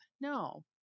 No